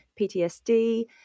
PTSD